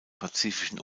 pazifischen